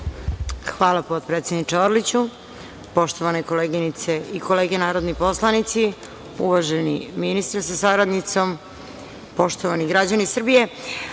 Hvala, potpredsedniče Orliću. Poštovane koleginice i kolege narodni poslanici, uvaženi ministre sa saradnicom, poštovani građani Srbije,